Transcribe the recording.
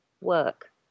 work